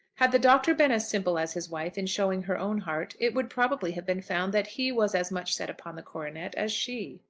had the doctor been as simple as his wife in showing her own heart, it would probably have been found that he was as much set upon the coronet as she.